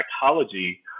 psychology